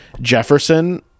Jefferson